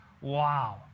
Wow